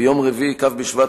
ביום רביעי, כ' בשבט